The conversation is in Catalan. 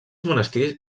monestirs